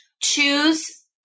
Choose